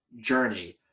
journey